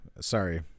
sorry